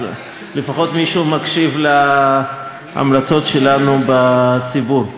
אז לפחות מישהו מקשיב להמלצות שלנו בציבור.